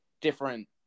different